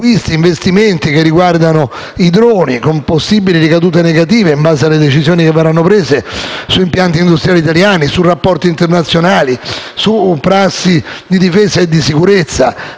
e investimenti che riguardano i droni con possibili ricadute negative, in base alle decisioni che verranno prese, su impianti industriali italiani, su rapporti internazionali, su prassi di difesa e di sicurezza.